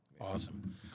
Awesome